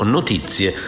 Notizie